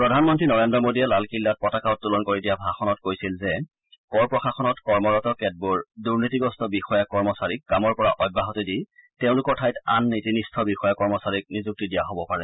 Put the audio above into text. প্ৰধানমন্ত্ৰী নৰেন্দ্ৰ মোদীয়ে লালকিল্লাত পতাকা উত্তোলন কৰি দিয়া ভাষণত কৈছিল যে কৰ প্ৰশাসনত কৰ্মৰত কেতবোৰ দুৰ্নীতিগ্ৰস্ত বিষয়া কৰ্মচাৰীক কামৰ পৰা অব্যাহতি দি তেওঁলোকৰ ঠাইত আন নীতিনিষ্ঠ বিষয়া কৰ্মচাৰীক নিযুক্তি দিয়া হ'ব পাৰে